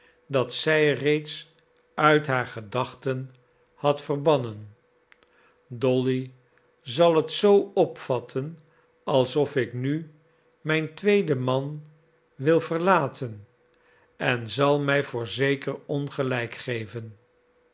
dat zij reeds uit haar gedachten had verbannen dolly zal het zoo opvatten alsof ik nu mijn tweeden man wil verlaten en zal mij voorzeker ongelijk geven